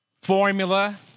formula